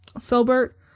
Filbert